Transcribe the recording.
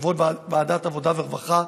יושב-ראש ועדת העבודה והרווחה.